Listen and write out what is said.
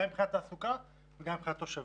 גם מבחינת תעסוקה וגם מבחינת התושבים.